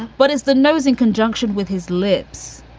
but is the nose in conjunction with his lips